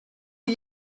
are